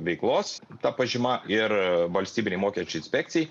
veiklos ta pažyma ir valstybinei mokesčių inspekcijai